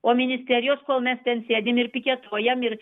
o ministerijos kol mes ten sėdim ir piketuojam ir